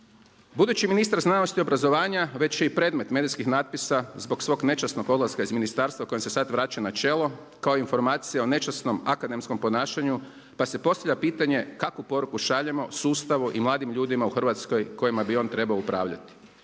Budući ministar znanosti i obrazovanja već je i predmet medijskih natpisa zbog svog nečasnog odlaska iz ministarstva kojem se sada vraća na čelo kao i informacija o nečasnom akademskom ponašanju pa se postavlja pitanje kakvu poruku šaljemo sustavu i mladim ljudima u Hrvatskoj kojima bi on trebao upravljati.